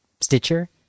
Stitcher